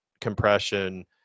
compression